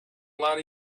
lot